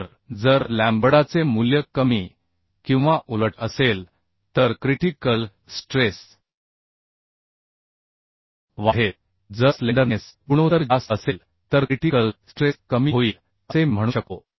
तर जर लॅम्बडाचे मूल्य कमी किंवा उलट असेल तर क्रिटि कल स्ट्रेस वाढेल जर स्लेंडरनेस गुणोत्तर जास्त असेल तर क्रिटि कल स्ट्रेस कमी होईल असे मी म्हणू शकतो